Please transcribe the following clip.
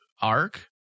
arc